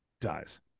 dies